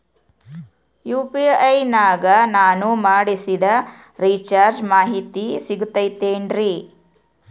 UPI ನಾಗ ನಾನು ಮಾಡಿಸಿದ ರಿಚಾರ್ಜ್ ಮಾಹಿತಿ ಸಿಗುತೈತೇನ್ರಿ?